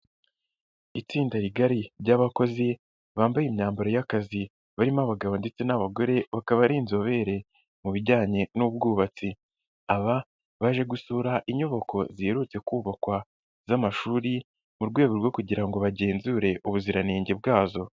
Itsinda rigari ry'abakozi bambaye imyambaro y'akazi, barimo abagabo ndetse n'abagore, bakaba ari inzobere mu bijyanye n'ubwubatsi, aba baje gusura inyubako ziherutse kubakwa z'amashuri mu rwego rwo kugira ngo bagenzure ubuziranenge bwazo.